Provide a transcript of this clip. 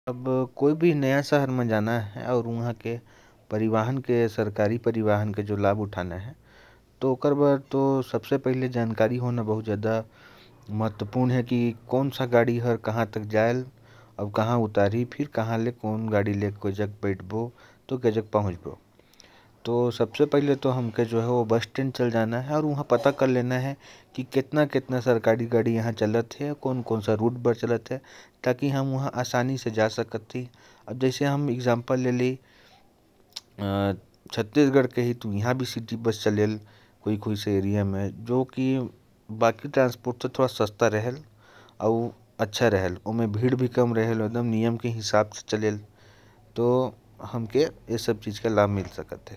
कोई भी नए शहर में जाना हो और वहां के सरकारी परिवहन का लाभ उठाना हो, तो जानकारी होना बहुत जरूरी है। उस जगह के बस स्टैंड में आसानी से सरकारी परिवहन मिल जाएगा। अपने छत्तीसगढ़ में भी सरकारी परिवहन चलता है, जिसका किराया आम गाड़ी से सस्ता होता है।